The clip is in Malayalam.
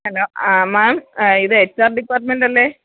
ഹലോ ആ മാം ഇത് എച്ച് ആർ ഡിപ്പാർട്ട്മെന്റല്ലേ